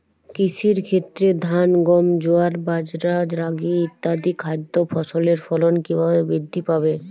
কৃষির ক্ষেত্রে ধান গম জোয়ার বাজরা রাগি ইত্যাদি খাদ্য ফসলের ফলন কীভাবে বৃদ্ধি পাবে?